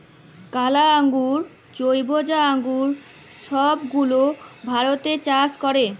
কালা আঙ্গুর, ছইবজা আঙ্গুর ছব গুলা ভারতে চাষ ক্যরে